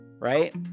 right